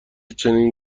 چنین